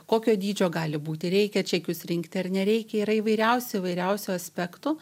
kokio dydžio gali būti reikia čekius rinkti ar nereikia yra įvairiausių įvairiausių aspektų